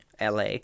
LA